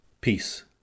Peace